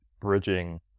bridging